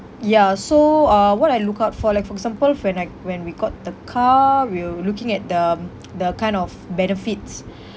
ya so uh what I look out for like for example for when like when we got the car we're looking at the mm the kind of benefits